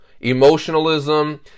emotionalism